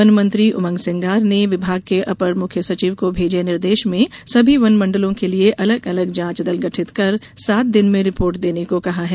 वनमंत्री उमंग सिंगार ने विभाग के अपर मुख्य सचिव को भेजे निर्देश में सभी वन मंडलों के लिए अलग अलग जांच दल गठित कर सात दिन में रिपोर्ट देने को कहा है